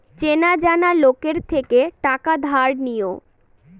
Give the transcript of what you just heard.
চেনা জানা লোকের থেকে টাকা ধার নিও